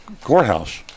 courthouse